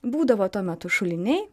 būdavo tuo metu šuliniai